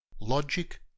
Logic